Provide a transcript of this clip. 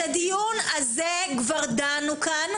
את הדיון הזה כבר דנו כאן.